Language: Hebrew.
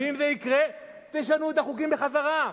ואם זה יקרה, תשנו את החוקים בחזרה.